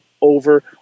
over